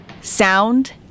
sound